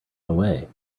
away